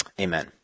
amen